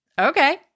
okay